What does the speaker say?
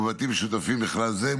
ובבתים משותפים בכלל זה,